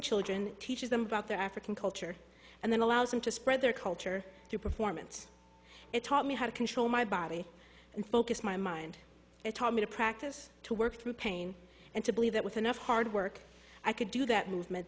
children and teaches them about their african culture and then allows them to spread their culture through performance it taught me how to control my body and focus my mind it taught me to practice to work through pain and to believe that with enough hard work i could do that movement